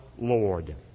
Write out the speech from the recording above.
Lord